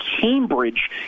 Cambridge